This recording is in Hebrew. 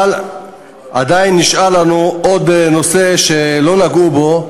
אבל עדיין נשאר לנו עוד נושא שלא נגעו בו,